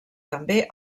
també